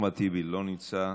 אחמד טיבי, לא נמצא.